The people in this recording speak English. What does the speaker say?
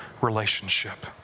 relationship